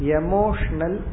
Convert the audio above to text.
emotional